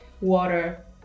water